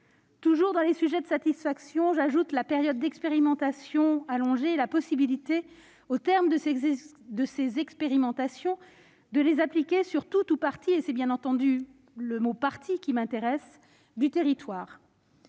Toujours parmi les sujets de satisfaction, j'ajoute l'allongement de la période d'expérimentation et la possibilité, au terme des expérimentations, de les étendre à tout ou partie- et c'est bien entendu le mot « partie » qui m'intéresse -du territoire.